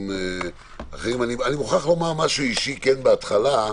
אני מוכרח לומר משהו אישי בהתחלה.